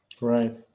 Right